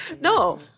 No